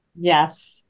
Yes